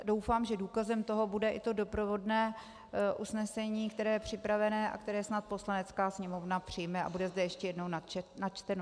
Doufám, že důkazem toho bude i doprovodné usnesení, které je připravené a které snad Poslanecká sněmovna přijme a bude zde ještě jednou načteno.